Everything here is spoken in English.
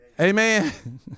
Amen